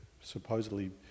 supposedly